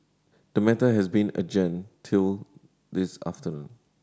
the matter has been adjourned till this afternoon